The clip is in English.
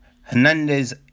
Hernandez